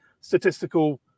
statistical